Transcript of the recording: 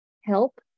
help